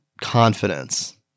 confidence